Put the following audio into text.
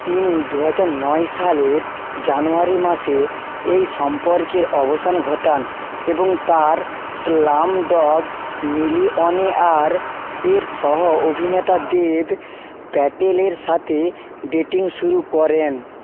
তিনি দু হাজার নয় সালের জানুয়ারি মাসে এই সম্পর্কের অবসান ঘটান এবং তার স্লামডগ মিলিওনেয়ার এর সহ অভিনেতা দেব প্যাটেলের সাথে ডেটিং শুরু করেন